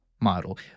model